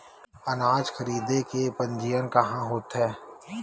अनाज खरीदे के पंजीयन कहां होथे?